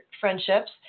friendships